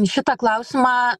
šitą klausimą